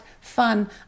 fun